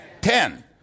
Ten